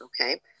okay